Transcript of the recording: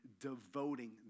devoting